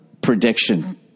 prediction